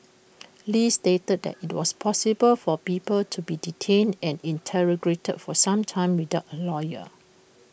li stated that IT was possible for people to be detained and interrogated for some time without A lawyer